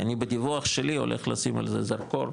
כי אני בדיווח שלי הולך לשים על זה זרקור,